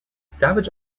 savage